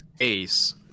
Ace